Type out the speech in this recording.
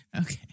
Okay